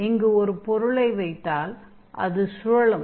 இங்கு ஒரு பொருளை வைத்தால் அது சுழலும்